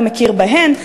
לא מכיר בהן,